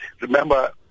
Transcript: Remember